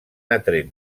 atret